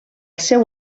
seu